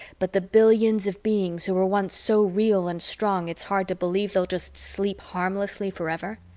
but the billions of beings who were once so real and strong it's hard to believe they'll just sleep harmlessly forever?